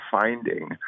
finding